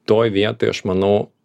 toj vietoj aš manau